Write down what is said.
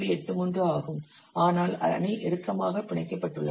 83 ஆகும் ஆனால் அணி இறுக்கமாக பிணைக்கப்பட்டுள்ளது